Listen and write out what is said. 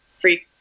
free